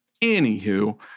Anywho